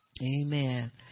Amen